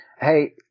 Hey